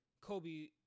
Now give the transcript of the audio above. Kobe